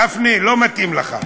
גפני, לא מתאים לך.